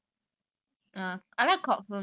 ya it is nice